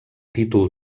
títol